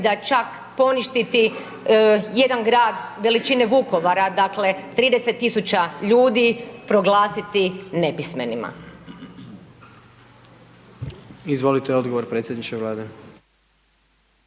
čak poništiti jedan grad veličine Vukovara dakle 30 000 ljudi proglasiti nepismenima.